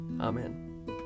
Amen